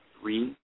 three